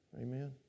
Amen